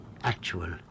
actual